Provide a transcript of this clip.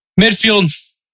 Midfield